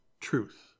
truth